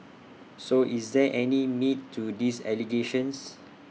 so is there any meat to these allegations